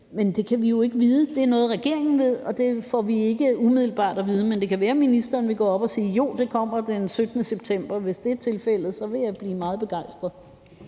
men vi kan jo ikke vide det. Det er noget, regeringen ved, og det får vi ikke umiddelbart at vide. Men det kan være, at ministeren vil gå op og sige, at det kommer den 17. september. Hvis det er tilfældet, vil jeg blive meget begejstret.